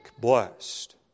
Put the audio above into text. blessed